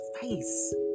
face